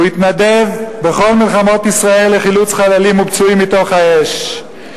הוא התנדב בכל מלחמות ישראל לחילוץ חללים ופצועים מתוך האש.